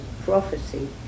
prophecy